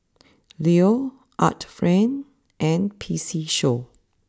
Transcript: Leo Art Friend and P C show